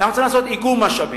אנחנו רוצים לעשות איגום משאבים.